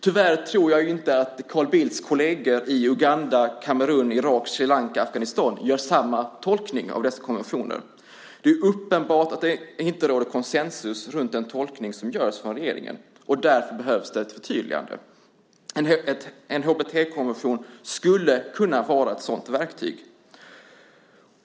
Tyvärr tror jag inte att Carl Bildts kolleger i Uganda, Kamerun, Irak, Sri Lanka och Afghanistan gör samma tolkning av dessa konventioner. Det är uppenbart att det inte råder konsensus kring den tolkning som görs från regeringen. Därför behövs det ett förtydligande. En HBT-konvention skulle kunna vara ett sådant verktyg.